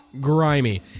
Grimy